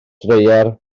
dreier